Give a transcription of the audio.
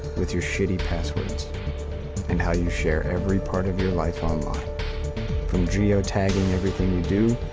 with your shitty passwords and how you share every part of your life online from geotagging everything you do,